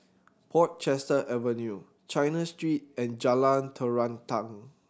Portchester Avenue China Street and Jalan Terentang